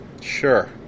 Sure